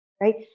right